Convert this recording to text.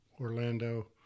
Orlando